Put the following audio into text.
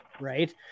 right